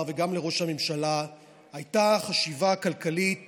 וגם לראש הממשלה הייתה חשיבה כלכלית